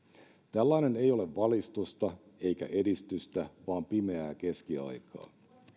tällainen ei ole valistusta eikä edistystä vaan pimeää keskiaikaa